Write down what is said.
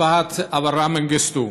משפחת אברה מנגיסטו,